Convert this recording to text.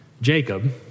Jacob